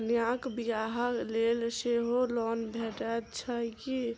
कन्याक बियाह लेल सेहो लोन भेटैत छैक की?